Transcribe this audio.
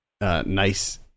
Nice